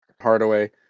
Hardaway